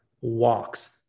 walks